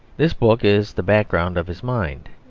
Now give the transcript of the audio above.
this book is the background of his mind.